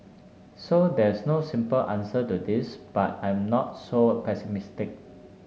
so there's no simple answer to this but I'm not so pessimistic